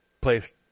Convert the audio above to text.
place